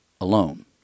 alone